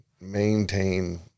maintain